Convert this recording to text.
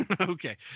Okay